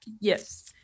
yes